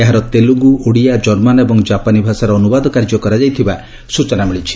ଏହାର ତେଲୁଗୁ ଓଡ଼ିଆ ଜର୍ମାନ୍ ଏବଂ ଜାପାନି ଭାଷାରେ ଅନୁବାଦ କାର୍ଯ୍ୟ କରାଯାଇଥିବା ସ୍ଚଚନା ମିଳିଛି